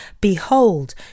Behold